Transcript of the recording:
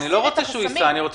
אבל אני לא רוצה שהוא ייסע.